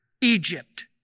Egypt